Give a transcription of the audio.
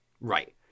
Right